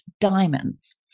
diamonds